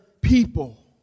people